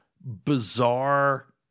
bizarre